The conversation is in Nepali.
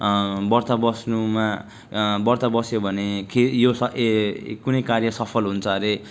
व्रत बस्नुमा व्रत बस्यो भने के यो ए कुनै कार्य सफल हुन्छ अरे